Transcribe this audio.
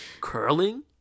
Curling